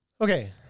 Okay